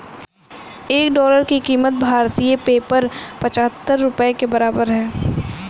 एक डॉलर की कीमत भारतीय पेपर पचहत्तर रुपए के बराबर है